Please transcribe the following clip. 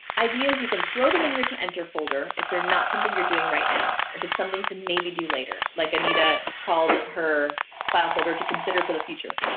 ideas, you can throw them in your to enter folder if they're not something you're doing right now if it's something to maybe do later like anita called her file folder to consider for the future